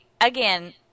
again